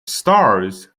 stars